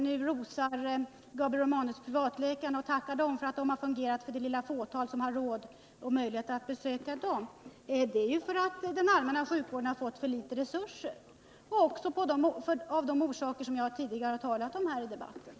Gabriel Romanus rosar nu privatläkarna och tackar dem för att de fungerat för det lilla fåtal som har råd och möjlighet att besöka dem. Men anledningen till att man vänder sig till dem är ju att det allmänna har fått för små resurser till sjukvården. Jag har också här i debatten nämnt en del andra orsaker.